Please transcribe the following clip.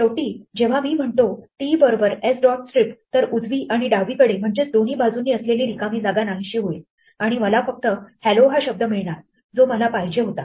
शेवटी जेव्हा मी म्हणतो t बरोबर s dot strip तर उजवी आणि डावीकडे म्हणजेच दोन्ही बाजूंनी असलेली रिकामी जागा नाहीशी होईल आणि मला फक्त hello हा शब्द मिळणार जो मला पाहिजे होता